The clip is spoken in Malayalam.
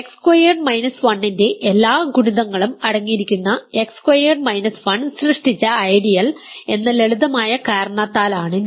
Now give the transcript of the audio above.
എക്സ് സ്ക്വയേർഡ് മൈനസ് 1 ന്റെ എല്ലാ ഗുണിതങ്ങളും അടങ്ങിയിരിക്കുന്ന എക്സ് സ്ക്വയേർഡ് മൈനസ് 1 സൃഷ്ടിച്ച ഐഡിയൽ എന്ന ലളിതമായ കാരണത്താലാണ് ഇത്